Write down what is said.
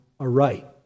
aright